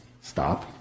stop